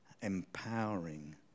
empowering